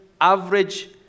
average